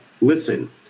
listen